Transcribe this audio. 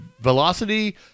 velocity